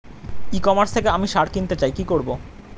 ই commerce থেকে আমি সার কিনতে চাই কি করব?